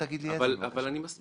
מצוין, אדוני היושב-ראש.